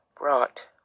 Brought